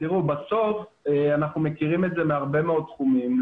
בסוף אנחנו מכירים את זה מהרבה מאוד תחומים.